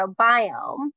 microbiome